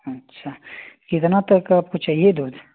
अच्छा कितना तक आपको चाहिए दूध